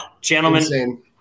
Gentlemen